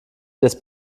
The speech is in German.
jetzt